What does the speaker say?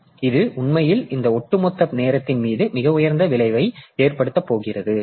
எனவே இது உண்மையில் இந்த ஒட்டுமொத்த நேரத்தின் மீது மிக உயர்ந்த விளைவை ஏற்படுத்தப் போகிறது